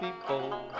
people